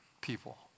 people